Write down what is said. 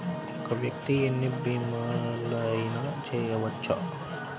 ఒక్క వ్యక్తి ఎన్ని భీమలయినా చేయవచ్చా?